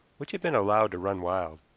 which had been allowed to run wild.